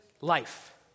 life